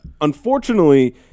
unfortunately